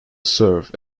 serve